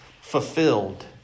fulfilled